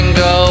go